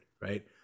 right